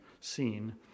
scene